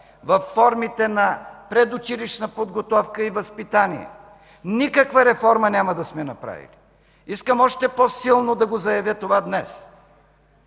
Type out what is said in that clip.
във формите на предучилищна подготовка и възпитание, никаква реформа няма да сме направили! Искам още по-силно да го заявя това днес!